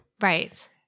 right